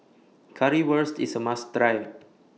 Currywurst IS A must Try